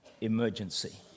emergency